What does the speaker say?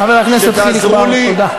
חבר הכנסת חיליק בר, תודה.